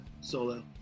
solo